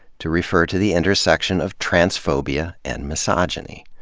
to refer to the intersection of transphobia and misogyny.